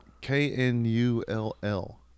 K-N-U-L-L